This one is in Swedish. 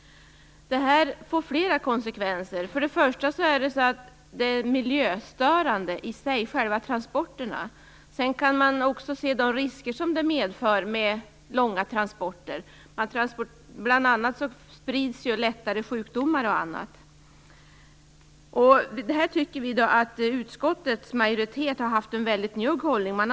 Det här får flera konsekvenser. Först och främst är själva transporterna i sig miljöstörande. Man kan också se de risker som långa transporter medför. Bl.a. sprids sjukdomar lättare. Detta tycker vi att utskottets majoritet har haft en mycket njugg hållning till.